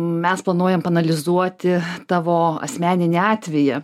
mes planuojam paanalizuoti tavo asmeninį atvejį